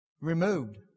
removed